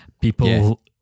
people